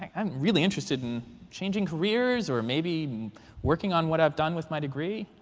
and i'm really interested in changing careers or maybe working on what i've done with my degree.